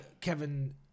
Kevin